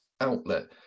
outlet